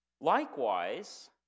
Likewise